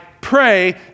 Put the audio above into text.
pray